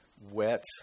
wet